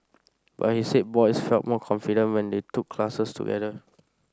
but he said boys felt more confident when they took classes together